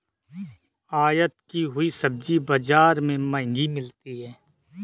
आयत की हुई सब्जी बाजार में महंगी मिलती है